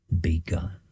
begun